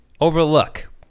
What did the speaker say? overlook